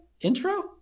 intro